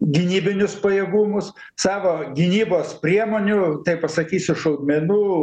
gynybinius pajėgumus savo gynybos priemonių tai pasakysiu šaudmenų